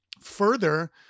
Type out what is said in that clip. further